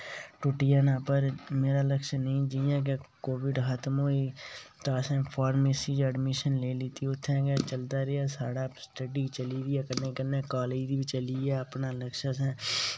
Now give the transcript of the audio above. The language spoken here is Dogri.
टुट्टी जाना पर मेरा लक्ष्य नीं जि'यां कोविड खत्म होई गेआ तां असें फार्मेसी च अड्मिशन लेई लैती उत्थै गै चलदा रेहा साढ़ा स्टडी चली कन्नै कन्नै कॉलेज दी बी चली अपना लक्ष्य असें